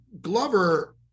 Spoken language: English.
Glover